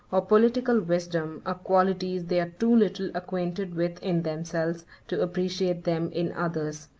or political wisdom, are qualities they are too little acquainted with in themselves, to appreciate them in others.